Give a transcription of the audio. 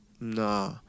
Nah